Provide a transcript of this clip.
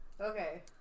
Okay